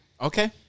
Okay